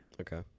Okay